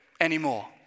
anymore